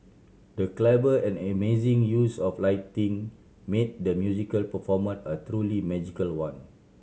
the clever and amazing use of lighting made the musical performance a truly magical one